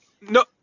No